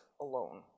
alone